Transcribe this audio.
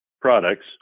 products